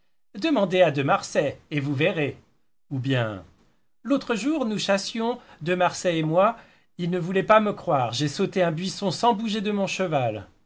demandez à de marsay et vous verrez ou bien l'autre jour nous chassions de marsay et moi il ne voulait pas me croire j'ai sauté un buisson sans bouger de mon cheval